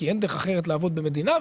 כי אין דרך אחרת לעבוד במדינה.